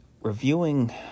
reviewing